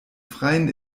freien